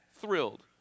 thrilled